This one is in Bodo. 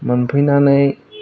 मोनफैनानै